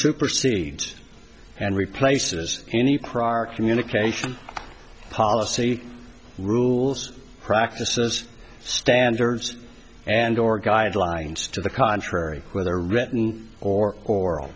supersedes and replaces any prior communication policy rules practices standards and or guidelines to the contrary whether written or or